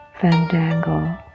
Fandango